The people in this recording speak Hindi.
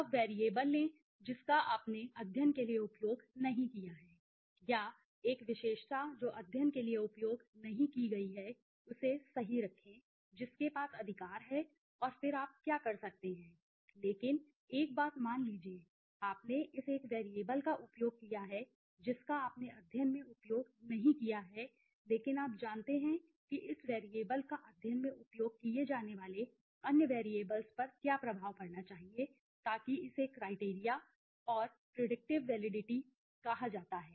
अब वैरिएबल लें जिसका आपने अध्ययन के लिए उपयोग नहीं किया है या एक विशेषता जो अध्ययन के लिए उपयोग नहीं की गई है उसे सही रखें जिसके पास अधिकार है और फिर आप क्या कर सकते हैं लेकिन एक बात मान लीजिए आपने इस एक वैरिएबल का उपयोग किया है जिसका आपने अध्ययन में उपयोग नहीं किया है लेकिन आप जानते हैं कि इस वैरिएबल का अध्ययन में उपयोग किए जाने वाले अन्य वैरिएबल्स पर क्या प्रभाव पड़ना चाहिए ताकि इसे क्राइटेरिया और प्रेडिक्टिव वैलिडिटी कहा जाता है